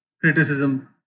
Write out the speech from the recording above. criticism